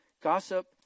Gossip